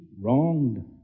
wronged